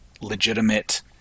legitimate